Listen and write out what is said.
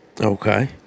Okay